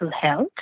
health